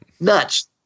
nuts